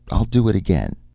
i'll do it again.